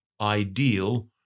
ideal